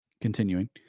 Continuing